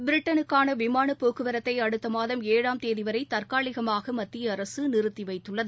பிரிட்டனுக்கான விமாள போக்குவரத்தை அடுத்த மாதம் ஏழாம் தேதி வரை தற்காலிகமாக மத்திய அரசு நிறுத்தி வைத்துள்ளது